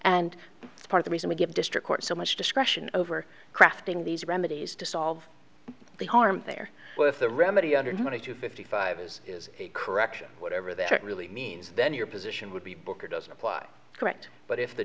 and part the reason we give district court so much discretion over crafting these remedies to solve the harm there with the remedy under twenty to fifty five is is a correction whatever that really means then your position would be booker doesn't apply correct but if the